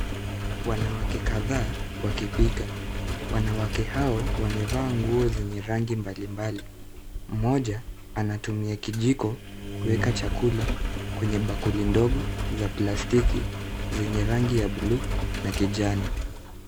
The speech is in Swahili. Wanawake kadhaa wakipika. Wanawake hao wamevaa nguo zenye rangi mbalimbali. Mmoja, anatumia kijiko, kuweka chakula, kwenye bakuli ndogo za plastiki zenye rangi ya bluu na kijani.